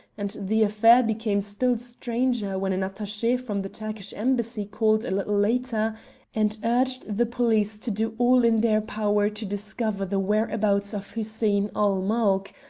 and the affair became still stranger when an attache from the turkish embassy called a little later and urged the police to do all in their power to discover the whereabouts of hussein-ul-mulk,